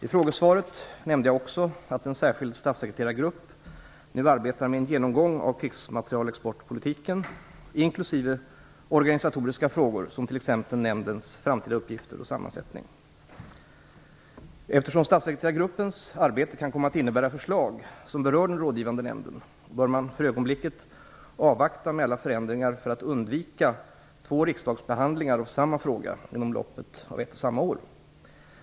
I frågesvaret nämnde jag också att en särskild statssekreterargrupp nu arbetar med en genomgång av krigsmaterielexportpolitiken, inklusive organisatoriska frågor som t.ex. nämndens framtida uppgifter och sammansättning. Eftersom statssekreterargruppens arbete kan komma att innebära förslag som berör den rådgivande nämnden bör man för ögonblicket avvakta med alla förändringar för att undvika två riksdagsbehandlingar av samma fråga inom loppet av ett och samma år.